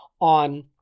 on